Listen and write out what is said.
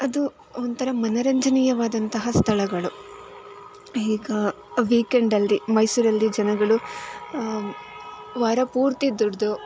ಅದು ಒಂಥರ ಮನೋರಂಜನೀಯವಾದಂತಹ ಸ್ಥಳಗಳು ಈಗ ವಿಕೆಂಡಲ್ಲಿ ಮೈಸೂರಲ್ಲಿ ಜನಗಳು ವಾರ ಪೂರ್ತಿ ದುಡ್ದು